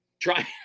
try